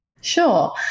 Sure